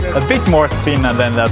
a bit more spin and and